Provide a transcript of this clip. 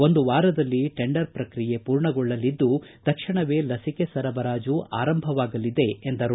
ಒಂದು ವಾರದಲ್ಲಿ ಟೆಂಡರ್ ಪ್ರಕ್ರಿಯೆ ಪೂರ್ಣಗೊಳ್ಳಲಿದ್ದು ತಕ್ಷಣವೇ ಲಸಿಕೆ ಸರಬರಾಜು ಆರಂಭವಾಗಲಿದೆ ಎಂದರು